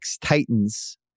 Titans